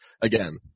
again